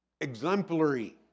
exemplary